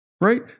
right